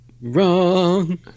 Wrong